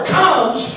comes